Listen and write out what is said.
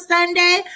Sunday